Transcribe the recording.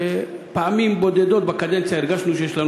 שפעמים בודדות בקדנציה הרגשנו שיש לנו